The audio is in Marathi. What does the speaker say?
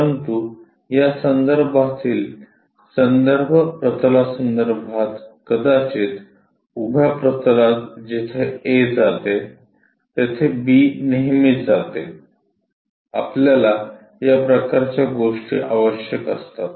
परंतु या संदर्भातील संदर्भ प्रतलांसंदर्भात कदाचित उभ्या प्रतलात जिथे A जाते तेथे B नेहमी जाते आपल्याला या प्रकारच्या गोष्टी आवश्यक असतात